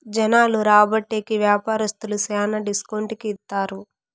జనాలు రాబట్టే కి వ్యాపారస్తులు శ్యానా డిస్కౌంట్ కి ఇత్తారు